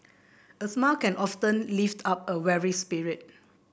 a smile can often lift up a weary spirit